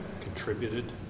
contributed